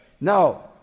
No